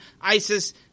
ISIS